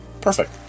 perfect